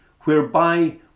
whereby